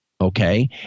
okay